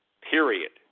period